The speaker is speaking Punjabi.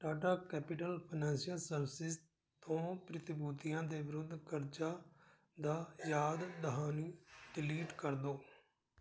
ਟਾਟਾ ਕੈਪੀਟਲ ਫਾਈਨੈਂਸ਼ੀਅਲ ਸਰਵਿਸਿਜ਼ ਤੋਂ ਪ੍ਰਤੀਭੂਤੀਆਂ ਦੇ ਵਿਰੁੱਧ ਕਰਜ਼ਾ ਦਾ ਯਾਦ ਦਹਾਨੀ ਡਿਲੀਟ ਕਰ ਦਿਉ